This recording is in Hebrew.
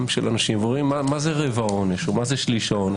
מה זה רבע עונש או מה זה שליש עונש?